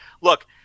look